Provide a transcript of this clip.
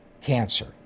cancer